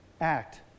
act